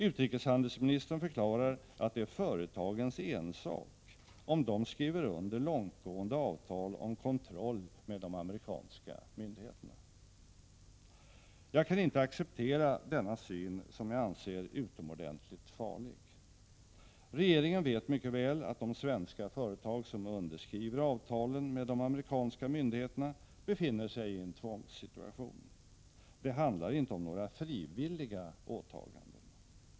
Utrikeshandelsministern förklarar att det är företagens ensak om de skriver under långtgående avtal om kontroll med de amerikanska myndigheterna. Jag kan inte acceptera denna syn, som jag anser utomordentligt farlig. Regeringen vet mycket väl att de svenska företag som underskriver avtalen med de amerikanska myndigheterna befinner sig i en tvångssituation. Det handlar inte om några frivilliga åtaganden.